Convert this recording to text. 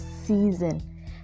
season